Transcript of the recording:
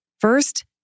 First